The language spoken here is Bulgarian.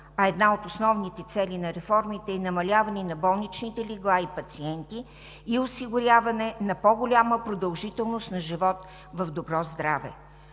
а една от основните цели на реформите е намаляване на болничните легла и пациенти и осигуряване на по-голяма продължителност на живот в добро здраве.